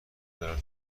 دارم